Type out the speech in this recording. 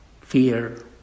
fear